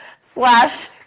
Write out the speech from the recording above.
slash